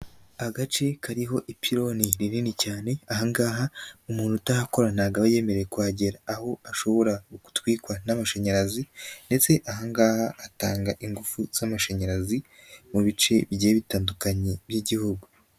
Agace kariho ipiloni rinini cyane aha ngaha umuntu utarakora ntabwo aba yemerewe kuhagera, aho ashobora gutwikwa n'amashanyarazi ndetse aha ngaha atanga ingufu z'amashanyarazi mu bice bitandukanye by'Igihugu.